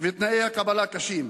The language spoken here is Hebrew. ותנאי הקבלה הקשים.